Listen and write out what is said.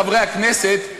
חברי הכנסת,